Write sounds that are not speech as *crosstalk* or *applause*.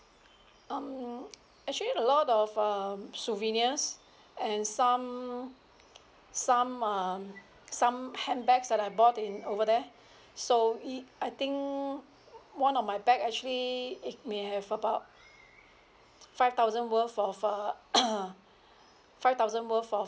um actually a lot of um souvenirs and some some um some handbags that I bought in over there so it I think one of my bag actually it may have about five thousand worth of uh *noise* five thousand worth of